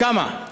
כמה?